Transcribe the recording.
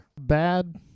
Bad